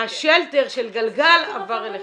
השלטר של גלגל עבר אליכם.